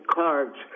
cards